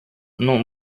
non